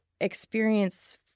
experience